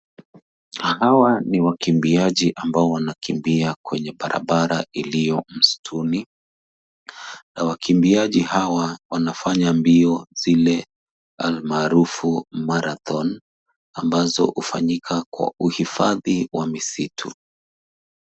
Hawa ni wakimbiaji ambao wanakimbia kwenye barabara iliyo msituni. Wakimbiaji hawa wanafanya mbio zile, almarufu, marathon , ambazo hufanyika kwa uhifadhi wa misitu.